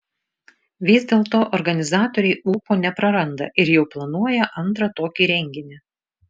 vis dėlto organizatoriai ūpo nepraranda ir jau planuoja antrą tokį renginį